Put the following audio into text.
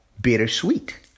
bittersweet